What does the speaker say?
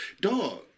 Dog